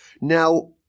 Now